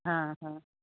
हा हा